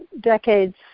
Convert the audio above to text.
decades